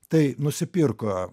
tai nusipirko